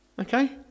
Okay